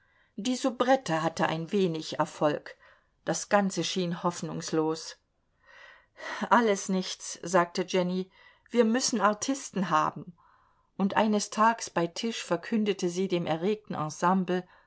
die soubrette hatte ein wenig erfolg das ganze schien hoffnungslos alles nichts sagte jenny wir müssen artisten haben und eines tags bei tisch verkündete sie dem erregten